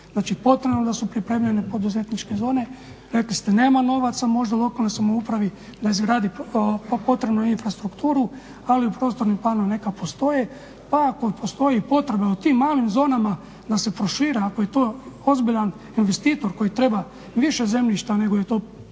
Znači, potrebno je da su pripremljene poduzetničke zone. Rekli ste nema novaca, možda u lokalnoj upravi da izgradi potrebnu infrastrukturu, ali prostorni planovi neka postoje. Pa ako postoji potreba u tim malim zonama da se prošire ako je to ozbiljan investitor koji treba više zemljišta nego je to predviđeno